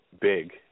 big